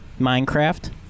Minecraft